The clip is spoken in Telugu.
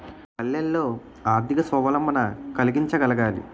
పల్లెల్లో ఆర్థిక స్వావలంబన కలిగించగలగాలి